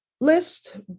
list